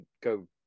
go